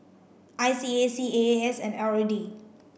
I C A C A A S and R O D